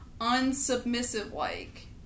unsubmissive-like